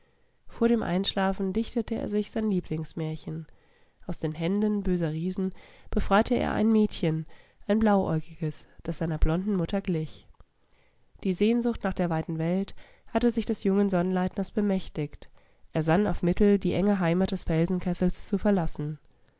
vor dem einschlafen dichtete er sich sein lieblingsmärchen aus den händen böser riesen befreite er ein mädchen ein blauäugiges das seiner blonden mutter glich die sehnsucht nach der weiten welt hatte sich des jungen sonnleitners bemächtigt er sann auf mittel die enge heimat des felsenkessels zu verlassen